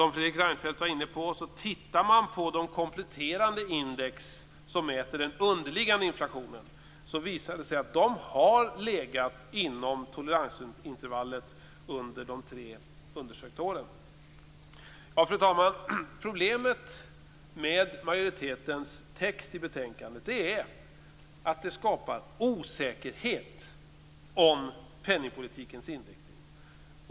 När man tittar på de kompletterande index som mäter den underliggande inflationen visar det sig - som också Fredrik Reinfeldt var inne på - att de har legat inom toleransintervallet under de tre undersökta åren. Fru talman! Problemet med majoritetens text i betänkandet är att den skapar osäkerhet om penningpolitikens inriktning.